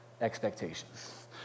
expectations